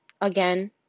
again